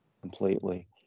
completely